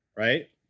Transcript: right